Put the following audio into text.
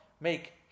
make